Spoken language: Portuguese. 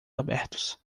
abertos